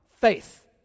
faith